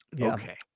Okay